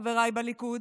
חבריי בליכוד,